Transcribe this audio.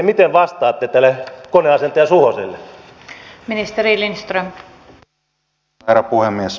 miten vastaatte tälle koneasentaja suhoselle